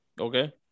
Okay